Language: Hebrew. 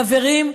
חברים,